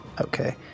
Okay